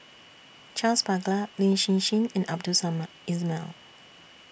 Charles Paglar Lin Hsin Hsin and Abdul Samad Ismail